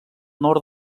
nord